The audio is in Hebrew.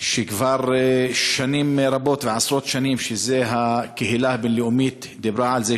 שכבר שנים רבות ועשרות שנים הקהילה הבין-לאומית דיברה עליהם,